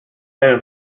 ihnen